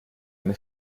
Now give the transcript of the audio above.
eine